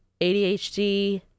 ADHD